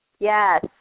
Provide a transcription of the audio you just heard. Yes